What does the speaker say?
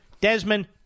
Desmond